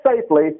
safely